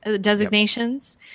designations